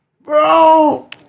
Bro